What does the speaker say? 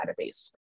database